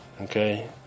Okay